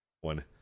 One